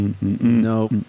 no